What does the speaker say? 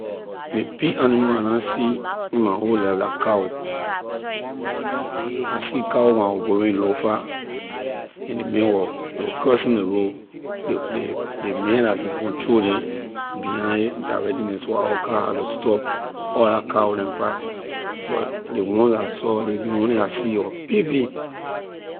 Ley big animal I na see in my whole life la cow, I see cow when I was going lofa and ley man wor crossing ley road ley ley ley man la can control neh behind a directing neh so our car have to stop all la cow neh pass but ley once that I saw ley one neh I see was big big